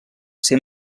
ser